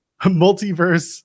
Multiverse